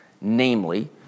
Namely